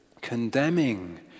condemning